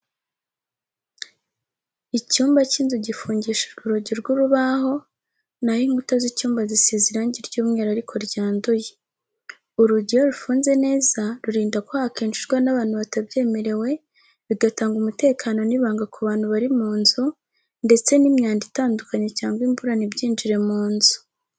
Icyumba cy'inzu gifungishijwe urugi rw'urubaho na ho inkuta z'icyumba zisize irangi ry'umweru ariko ryanduye. Urugi iyo rufunze neza rurinda ko hakinjirwa n'abantu batabyemerewe, bigatanga umutekano n'ibanga ku bantu bari mu nzu ndetse n'imyanda itandukanye cyangwa imvura ntibyinjire mu nzu.